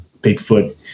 Bigfoot